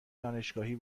دانشگاهی